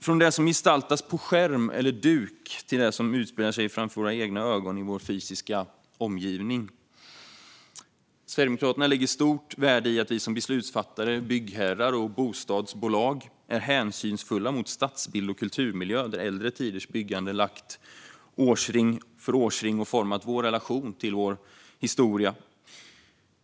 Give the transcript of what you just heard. Från det som gestaltas på skärm eller duk till det som utspelar sig framför våra egna ögon i vår fysiska omgivning. Sverigedemokraterna lägger stort värde i att beslutsfattare, byggherrar och bostadsbolag är hänsynsfulla mot stadsbild och kulturmiljö, där äldre tiders byggande lagt årsring för årsring och format vår relation till vår historia.